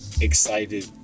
excited